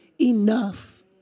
enough